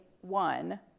one